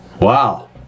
Wow